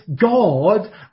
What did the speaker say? God